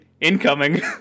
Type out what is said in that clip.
incoming